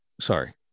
Sorry